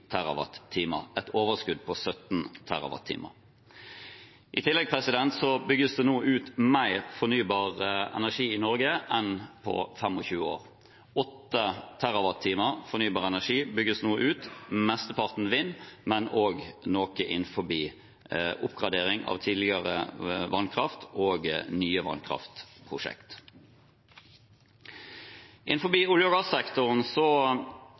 et overskudd på 17 TWh. I tillegg bygges det nå ut mer fornybar energi i Norge enn på 25 år. 8 TWh fornybar energi bygges nå ut, mesteparten vind, men også noe innenfor oppgradering av tidligere vannkraft og nye vannkraftprosjekt. Innenfor olje- og gassektoren